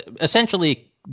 essentially